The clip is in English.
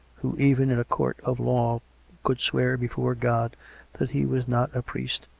who even in a court of law could swear before god that he was not a priest,